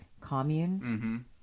commune